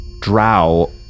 drow